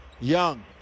Young